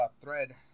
thread